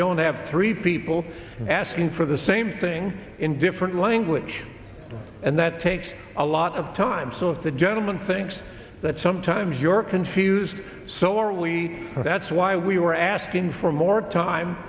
don't have three people asking for the same thing in different language and that takes a lot of time so if the gentleman thinks that sometimes your confused so are we that's why we were asking for more time